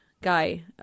guy